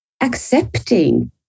accepting